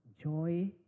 Joy